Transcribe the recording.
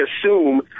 assume